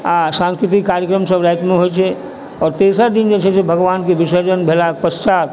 आओर सांस्कृतिक कार्यक्रम सब रातिमे होइ छै आओर तेसर दिन जे छै से भगवानके विसर्जन भेलाक पश्चात